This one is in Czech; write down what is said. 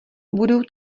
budou